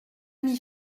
mis